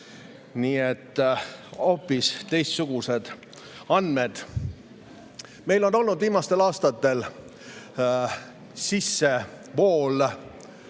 nii et on hoopis teistsugused andmed. Meil on olnud viimastel aastatel sissevool